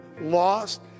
lost